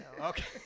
Okay